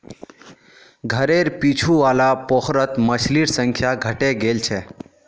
घरेर पीछू वाला पोखरत मछलिर संख्या घटे गेल छ